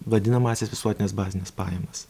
vadinamąsias visuotines bazines pajamas